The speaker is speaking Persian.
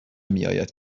میآید